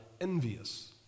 envious